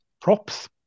props